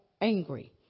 angry